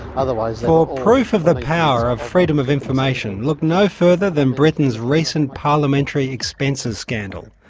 otherwise. for proof of the power of freedom of information, look no further than britain's recent parliamentary expenses scandal,